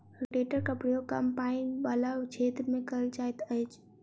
रोटेटरक प्रयोग कम पाइन बला क्षेत्र मे कयल जाइत अछि